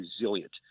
resilient